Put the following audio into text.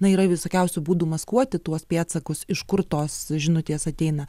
na yra visokiausių būdų maskuoti tuos pėdsakus iš kur tos žinutės ateina